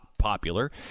popular